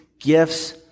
Gifts